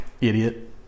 idiot